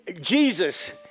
Jesus